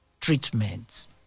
treatments